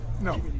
No